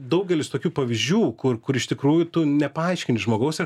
daugelis tokių pavyzdžių kur kur iš tikrųjų tu nepaaiškini žmogaus ir